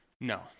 No